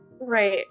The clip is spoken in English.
Right